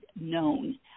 known